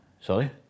Sorry